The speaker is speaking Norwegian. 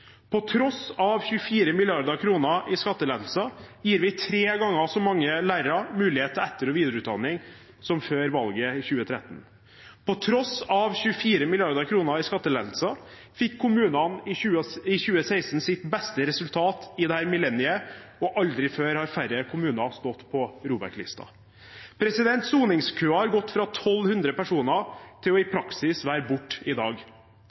På tross av 24 mrd. kr i skattelettelser gir vi tre ganger så mange lærere mulighet til etter- og videreutdanning som før valget i 2013. På tross av 24 mrd. kr i skattelettelser fikk kommunene i 2016 sitt beste resultat i dette millenniet, og aldri før har færre kommuner stått på ROBEK-listen. Soningskøen har gått fra 1 200 personer til i praksis å være borte i dag.